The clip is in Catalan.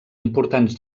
importants